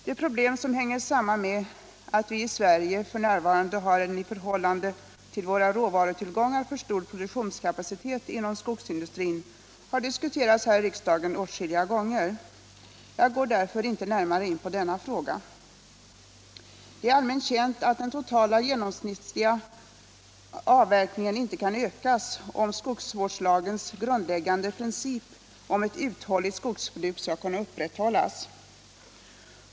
De problem som hänger samman med att vi i Sverige f.n. har en i förhållande till våra råvarutillgångar för stor produktionskapacitet inom skogsindustrin har diskuterats här i riksdagen åtskilliga gånger. Jag går därför inte närmare in på denna fråga. Det är allmänt känt att den totala genomsnittliga avverkningen inte kan ökas om skogsvårdslagens grundläggande princip om ett uthålligt skogsbruk skall kunna upprätthållas.